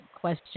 question